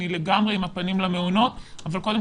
אני לגמרי עם הפנים למעונות אבל קודם